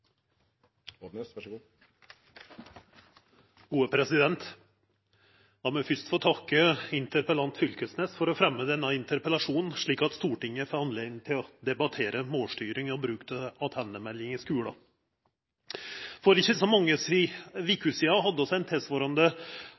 fyrst få takka interpellanten, Knag Fylkesnes, for å fremja denne interpellasjonen, slik at Stortinget får anledning til å debattera målstyring og bruk av attendemelding i skulen. For ikkje så mange veker sidan hadde vi ein tilsvarande